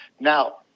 Now